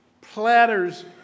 Platters